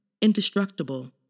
indestructible